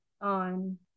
on